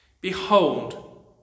Behold